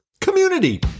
community